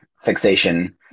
fixation